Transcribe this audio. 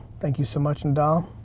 thank you so much, and